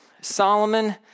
Solomon